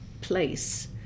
place